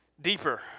deeper